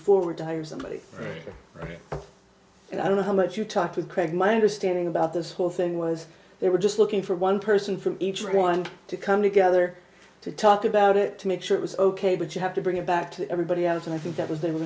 forward to hire somebody and i don't know how much you talked with craig my understanding about this whole thing was they were just looking for one person from each one to come together to talk about it to make sure it was ok but you have to bring it back to everybody else and i think that was the